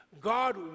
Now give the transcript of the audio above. God